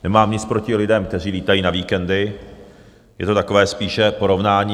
Nemám nic proti lidem, kteří létají na víkendy, je to takové spíše porovnání.